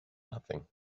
nothing